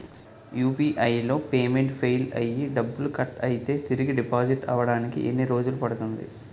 UPI లో payment fail అయ్యి డబ్బులు కట్ అయితే తిరిగి డిపాజిట్ అవ్వడానికి ఎన్ని రోజులు పడుతుంది?